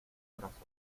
brazos